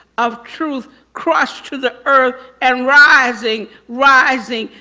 of truth crushed to the earth and rising, rising.